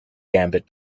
gambit